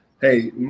hey